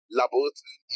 laboratory